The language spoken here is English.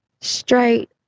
Straight